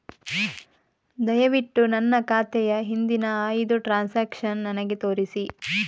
ದಯವಿಟ್ಟು ನನ್ನ ಖಾತೆಯ ಹಿಂದಿನ ಐದು ಟ್ರಾನ್ಸಾಕ್ಷನ್ಸ್ ನನಗೆ ತೋರಿಸಿ